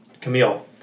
Camille